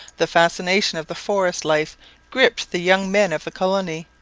the fascination of the forest life gripped the young men of the colony,